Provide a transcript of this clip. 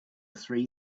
three